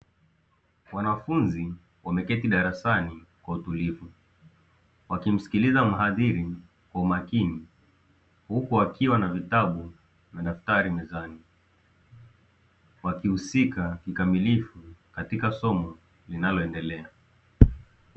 Wanafunzi wameketi darasani kwa utulivu wakimsikiliza mhadhiri kwa umakini huku wakiwa na vitabu na daftari mezani wakihusika kikamilifu katika somo linaloendelea.